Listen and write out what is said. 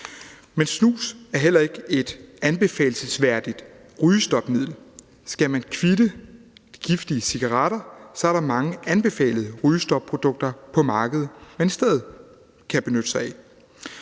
Men snus er heller ikke et anbefalelsesværdigt rygestopmiddel. Skal man kvitte giftige cigaretter, er der mange anbefalede rygestopprodukter på markedet, man i stedet kan benytte sig af.